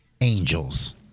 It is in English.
angels